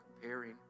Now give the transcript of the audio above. Comparing